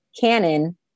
Canon